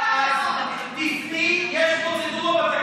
על פי התקנון הנוכחי,